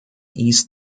east